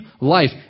life